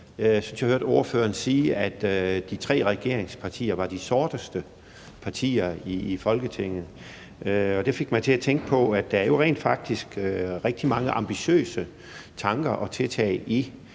jeg hørte ordføreren sige, at de tre regeringspartier var de sorteste partier i Folketinget. Det fik mig til at tænke på, at der jo rent faktisk er rigtig mange ambitiøse tanker og tiltag i